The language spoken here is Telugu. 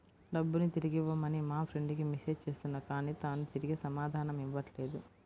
డబ్బుని తిరిగివ్వమని మా ఫ్రెండ్ కి మెసేజ్ చేస్తున్నా కానీ తాను తిరిగి సమాధానం ఇవ్వట్లేదు